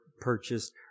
purchased